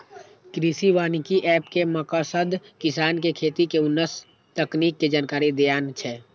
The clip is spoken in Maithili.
कृषि वानिकी एप के मकसद किसान कें खेती के उन्नत तकनीक के जानकारी देनाय छै